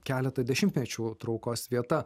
keletą dešimtmečių traukos vieta